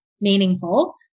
meaningful